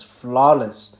flawless